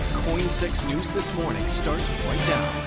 koin six news this morning starts right now.